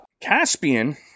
Caspian